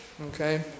okay